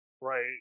Right